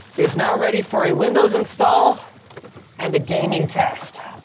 is now ready for a windows install and a gaming test.